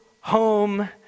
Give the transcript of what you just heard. home